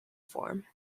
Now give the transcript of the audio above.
form